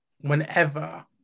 whenever